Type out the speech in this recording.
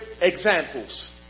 examples